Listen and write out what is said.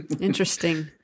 Interesting